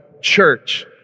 church